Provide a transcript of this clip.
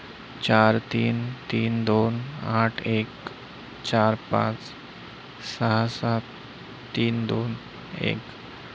चार तीन तीन दोन आठ एक चार पाच सहा सात तीन दोन एक